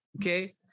Okay